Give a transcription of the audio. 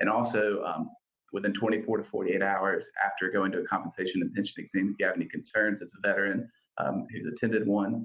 and also um within twenty four to forty eight hours after going to a compensation and pension exam, if you have any concerns as a veteran who's attended one,